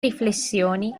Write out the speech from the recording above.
riflessioni